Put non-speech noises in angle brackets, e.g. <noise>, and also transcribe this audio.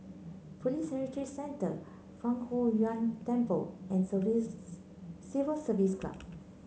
Police Heritage Centre Fang Huo Yuan Temple and <unintelligible> Civil Service Club